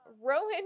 Rowan